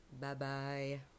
Bye-bye